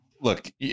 look